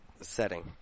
setting